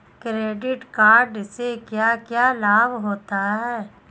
Credit card से क्या क्या लाभ होता है?